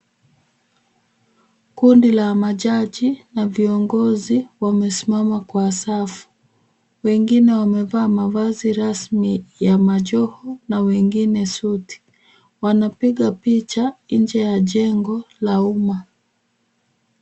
Kundi la majaji na viongozi wamesimama kwa safu. Wengine wamevaa mavazi rasmi ya majoho na wengine suti. Wanapiga picha nje ya jengo la umma.